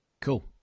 Cool